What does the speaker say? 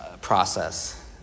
process